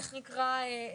מה שנקרא,